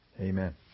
Amen